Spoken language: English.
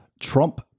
Trump